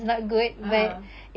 (uh huh)